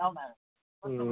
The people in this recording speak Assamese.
অঁ হয়